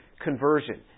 conversion